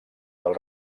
del